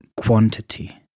quantity